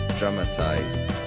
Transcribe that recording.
dramatized